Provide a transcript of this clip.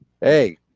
hey